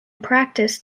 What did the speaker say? practice